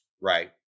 Right